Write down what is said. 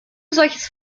solches